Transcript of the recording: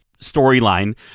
storyline